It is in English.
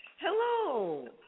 Hello